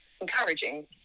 encouraging